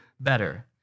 better